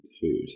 food